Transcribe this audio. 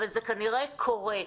אבל זה כנראה קורה.